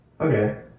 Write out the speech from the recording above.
okay